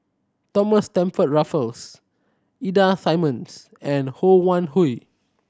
Thomas Stamford Raffles Ida Simmons and Ho Wan Hui